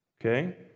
Okay